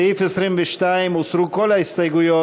סעיף תקציבי 21, השכלה גבוהה,